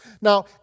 Now